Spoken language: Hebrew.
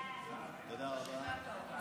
תודה רבה.